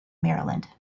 maryland